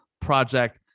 project